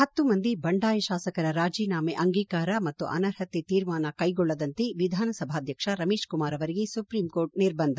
ಪತ್ತು ಮಂದಿ ಬಂಡಾಯ ಶಾಸಕರ ರಾಜೀನಾಮ ಅಂಗೀಕಾರ ಮತ್ತು ಅನರ್ಪತೆ ತೀರ್ಮಾನ ಕೈಗೊಳ್ಳದಂತೆ ವಿಧಾನಸಭಾಧ್ಯಕ್ಷ ರಮೇಶ್ ಕುಮಾರ್ ಅವರಿಗೆ ಸುಪ್ರೀಂ ಕೋರ್ಟ್ ನಿರ್ಬಂಧ